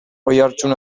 oihartzun